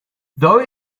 though